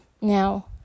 Now